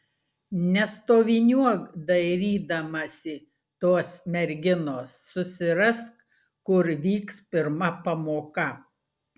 nestoviniuok dairydamasi tos merginos susirask kur vyks pirma pamoka